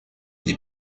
des